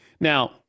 Now